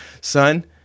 son